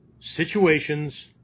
situations